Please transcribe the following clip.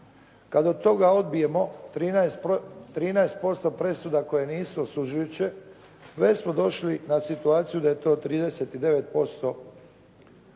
Kada od toga odbijemo 13% presuda koje nisu osuđujuće, već smo došli na situaciju da je to 39%